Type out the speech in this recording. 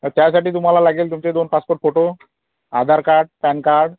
तर त्यासाठी तुम्हाला लागेल तुमचे दोन passport photo Aadhaar card PAN card